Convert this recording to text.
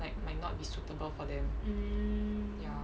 like might not be suitable for them